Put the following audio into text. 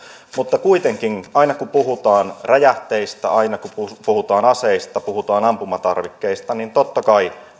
mutta kuitenkin aina kun puhutaan räjähteistä aina kun puhutaan aseista ja puhutaan ampumatarvikkeista niin totta kai